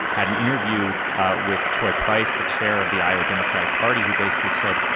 had an interview with troy price, the chair of the iowa democratic party who basically said,